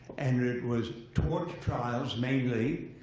and it was tort trials, mainly,